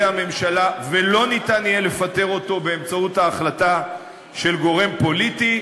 הממשלה ולא ניתן יהיה לפטר אותו באמצעות החלטה של גורם פוליטי,